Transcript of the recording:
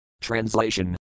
Translation